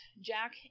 Jack